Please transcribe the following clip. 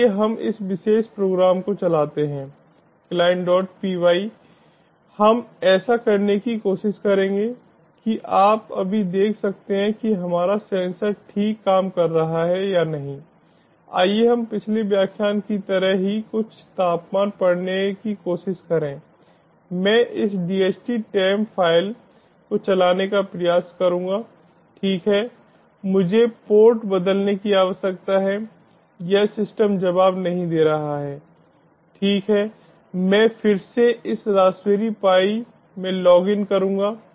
इसलिए हम इस विशेष प्रोग्राम को चलाते हैं clientpy हम ऐसा करने की कोशिश करेंगे कि आप अभी देख सकते हैं कि हमारा सेंसर ठीक काम कर रहा है या नहीं आइए हम पिछले व्याख्यान की तरह ही कुछ तापमान पढ़ने की कोशिश करें मैं इस DHT टेम्प फाइल को चलाने का प्रयास करूंगा ठीक है मुझे पोर्ट बदलने की आवश्यकता है यह सिस्टम जवाब नहीं दे रहा है ठीक है मैं फिर से इस रासबेरी पाई में लॉगिन करूंगा